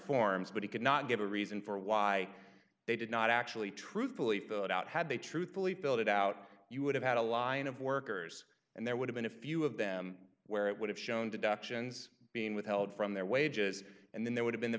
forms but he could not give a reason for why they did not actually truthfully fill it out had they truthfully filled it out you would have had a line of workers and there would have been a few of them where it would have shown deductions being withheld from their wages and then there would have been the